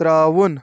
ترٛاوُن